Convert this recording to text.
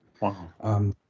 Wow